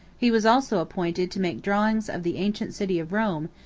he was also appointed to make drawings of the ancient city of rome,